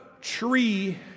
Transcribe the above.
tree